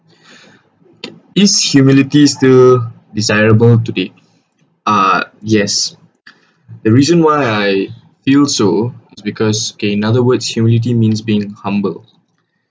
is humility still desirable today ah yes the reason why I feel so is because okay another word humility means being humble